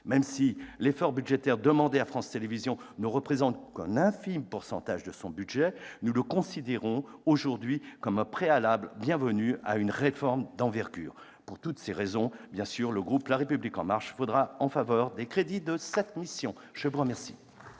Même si l'effort budgétaire demandé à France Télévisions ne représente qu'un infime pourcentage de son budget, nous le considérons comme un préalable bienvenu à une réforme d'envergure. Pour toutes ces raisons, le groupe La République En Marche votera en faveur des crédits de cette mission. La parole